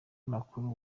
makuru